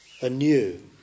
anew